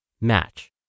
match